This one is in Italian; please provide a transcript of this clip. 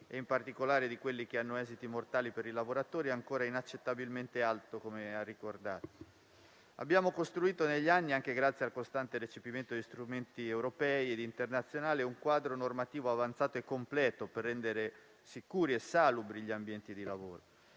e in particolare di quelli che hanno esiti mortali per i lavoratori, è ancora inaccettabilmente alto, come ha ricordato la senatrice Parente. Abbiamo costruito negli anni, anche grazie al costante recepimento di strumenti europei ed internazionali, un quadro normativo avanzato e completo per rendere sicuri e salubri gli ambienti di lavoro.